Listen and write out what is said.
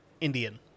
indian